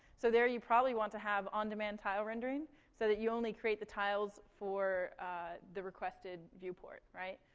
so there you probably want to have on-demand tile rendering, so that you only create the tiles for the requested viewport, right?